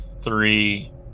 three